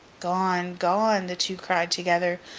gone! gone the two cried together.